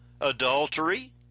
Adultery